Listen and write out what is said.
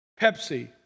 Pepsi